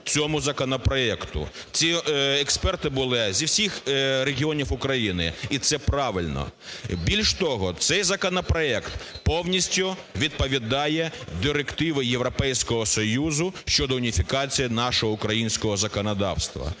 Ці експерти були зі всіх регіонів України і це правильно. Більш того, цей законопроект повністю відповідає директиві Європейського Союзу щодо уніфікації нашого українського законодавства.